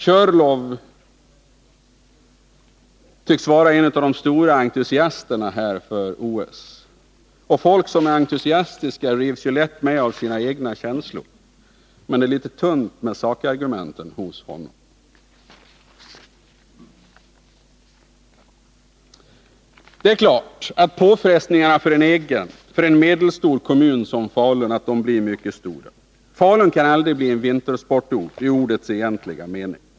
Björn Körlof tycks vara en av de stora entusiasterna för OS, och folk som är entusiaster rycks ju lätt med av sina egna känslor. Men det är litet tunt med sakargumenten hos Björn Körlof. Det är klart att påfrestningarna för en medelstor kommun som Falun blir mycket stora. Falun kan aldrig bli en vintersportort i ordets egentliga mening.